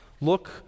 Look